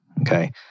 Okay